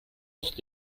aus